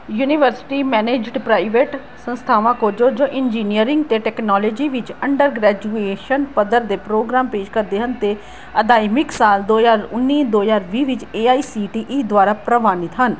university managed private ਸੰਸਥਾਵਾਂ ਖੋਜੋ ਜੋ ਇੰਜੀਨੀਅਰਿੰਗ ਅਤੇ ਟਕਨਲੋਜੀ ਵਿੱਚ ਅੰਡਰ ਗ੍ਰੈਜੂਏਸ਼ਨ ਪੱਧਰ ਦੇ ਪ੍ਰੋਗਰਾਮ ਪੇਸ਼ ਕਰਦੇ ਹਨ ਅਤੇ ਅਧਾਇਮਿਕ ਸਾਲ ਦੋ ਹਜ਼ਾਰ ਉੱਨੀ ਦੋ ਹਜ਼ਾਰ ਵੀਹ ਵਿੱਚ A I C T E ਦੁਆਰਾ ਪ੍ਰਵਾਨਿਤ ਹਨ